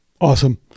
Awesome